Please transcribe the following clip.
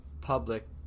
public